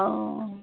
অঁ